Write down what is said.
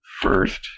First